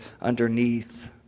underneath